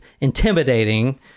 intimidating